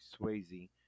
Swayze